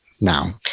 now